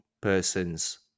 persons